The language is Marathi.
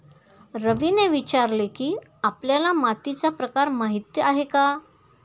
रवीने विचारले की, आपल्याला मातीचा प्रकार माहीत आहे का?